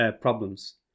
problems